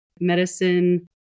medicine